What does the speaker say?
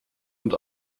und